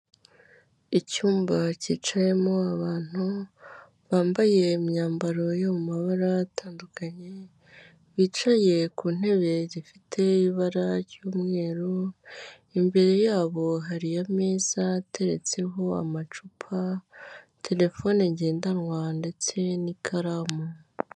Icyumba cyicayemo abantu, bambaye imyambaro yo mu mabara atandukanye, bicaye ku ntebe zifite ibara ry'umweru, imbere yabo hari ameza ateretseho amacupa, terefone ngendanwa ndetse n'ikaramu.